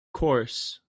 course